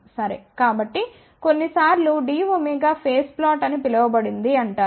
కాబట్టి కొన్నిసార్లు dω phase plot అని పిలువబడింది అంటారు